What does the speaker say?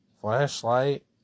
Flashlight